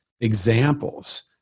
examples